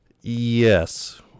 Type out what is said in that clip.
Yes